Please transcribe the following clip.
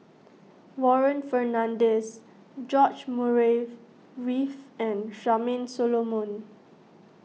Warren Fernandez George Murray Reith and Charmaine Solomon